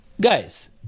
guys